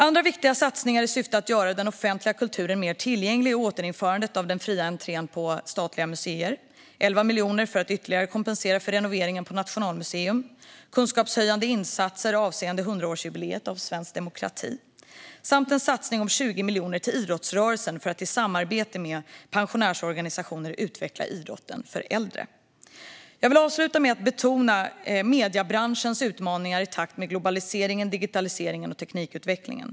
Andra viktiga satsningar i syfte att göra den offentliga kulturen mer tillgänglig är återinförandet av den fria entrén på statliga museer, 11 miljoner för att ytterligare kompensera för renoveringen på Nationalmuseum, kunskapshöjande insatser avseende svensk demokratis 100-årsjubileum samt en satsning om 20 miljoner till idrottsrörelsen för att i samarbete med pensionärsorganisationer utveckla idrotten för äldre. Jag vill avsluta med att betona mediebranschens utmaningar i takt med globaliseringen, digitaliseringen och teknikutvecklingen.